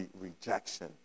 rejection